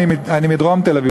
אני מדרום תל-אביב,